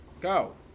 Go